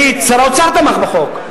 שנית, שר האוצר תמך בחוק.